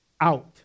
out